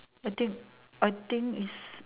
I think I think it's